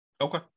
Okay